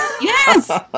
Yes